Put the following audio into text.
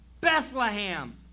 Bethlehem